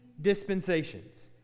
dispensations